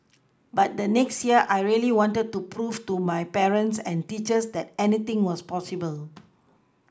but the next year I really wanted to prove to my parents and teachers that anything was possible